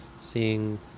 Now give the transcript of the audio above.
seeing